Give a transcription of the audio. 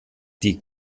die